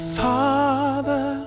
father